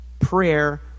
prayer